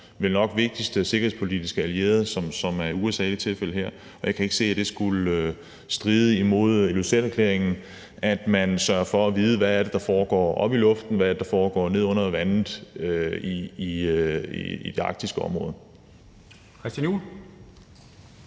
vel nok vigtigste sikkerhedspolitiske allierede, som er USA i det her tilfælde. Og jeg kan ikke se, at det skulle stride mod Ilulissaterklæringen, at man sørger for at vide, hvad det er, der foregår oppe i luften, og hvad det er, der foregår nede under vandet i det arktiske område. Kl.